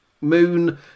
Moon